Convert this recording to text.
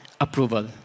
approval